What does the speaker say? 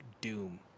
doom